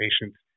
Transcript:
patients